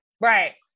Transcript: Right